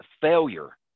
failure